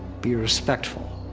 be respectful.